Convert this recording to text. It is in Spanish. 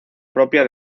propia